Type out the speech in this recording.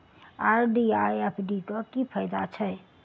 RD आ FD क की फायदा छै?